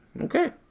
Okay